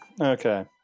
Okay